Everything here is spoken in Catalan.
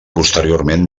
posteriorment